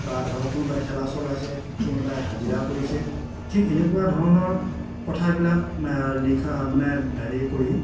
বা ধৰক কোনোবাই ঠেলা চলাইছে কোনোবাই হাজিৰা কৰিছে ঠিক এনেকুৱা ধৰণৰ কথাবিলাক লিখা মানে হেৰি কৰি